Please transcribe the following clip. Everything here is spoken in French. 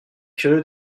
curieux